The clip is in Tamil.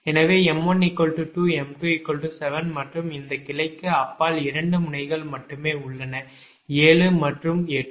எனவே m1 2 m2 7 மற்றும் இந்த கிளைக்கு அப்பால் 2 முனைகள் மட்டுமே உள்ளன 7 மற்றும் 8